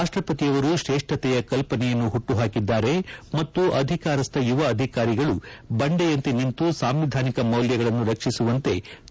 ರಾಷ್ಪಪತಿಯವರು ಶ್ರೇಷ್ಠತೆಯ ಕಲ್ಪನೆಯನ್ನು ಹುಟ್ಲುಹಾಕಿದ್ದಾರೆ ಮತ್ತು ಅಧಿಕಾರಸ್ನ ಯುವ ಅಧಿಕಾರಿಗಳು ಬಂಡೆಯಂತೆ ನಿಂತು ಸಾಂವಿಧಾನಿಕ ಮೌಲ್ಯಗಳನ್ನು ರಕ್ಷಿಸುವಂತೆ ತಿಳಿಯಪಡಿಸಿದ್ದಾರೆ ಎಂದರು